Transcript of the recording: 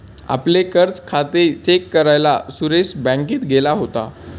आपले कर्ज खाते चेक करायला सुरेश बँकेत गेला